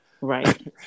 right